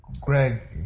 Greg